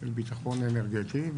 של ביטחון אנרגטי.